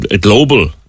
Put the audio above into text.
global